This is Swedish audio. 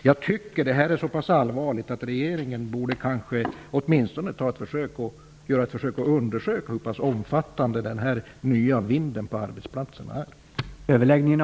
Jag tycker att denna fråga är så pass allvarlig att regeringen borde göra ett försök att undersöka hur pass omfattande den nya vinden på arbetsplatserna är.